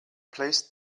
placed